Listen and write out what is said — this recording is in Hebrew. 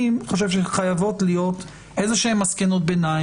אני חושב שחייבות להיות איזשהן מסקנות ביניים